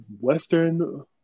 Western